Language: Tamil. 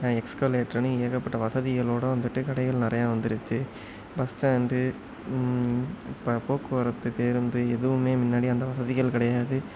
எஸ்கலேட்ருன்னு ஏகப்பட்ட வசதிகளோடு வந்துவிட்டு கடைகள் நிறையா வந்துடுச்சி பஸ் ஸ்டாண்டு இப்போ போக்குவரத்து பேருந்து எதுவும் முன்னாடி அந்த வசதிகள் கிடையாது